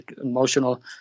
emotional